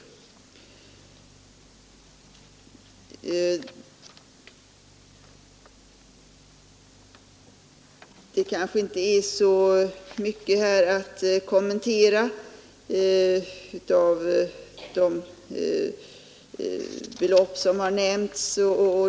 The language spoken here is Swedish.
Det kanske inte är så mycket att kommentera när det gäller de belopp som har nämnts.